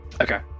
Okay